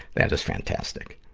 that is fantastic.